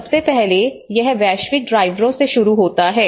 सबसे पहले यह वैश्विक ड्राइवरों से शुरू होता है